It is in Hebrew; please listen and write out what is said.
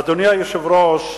אדוני היושב-ראש,